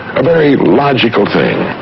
a very logical thing,